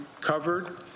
covered